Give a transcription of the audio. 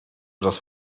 das